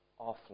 offline